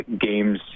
games